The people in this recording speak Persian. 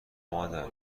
مادر